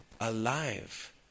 alive